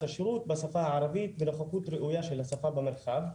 השירות בשפה הערבית ונוכחות ראויה של השפה במרחב.